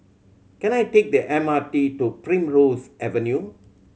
can I take the M R T to Primrose Avenue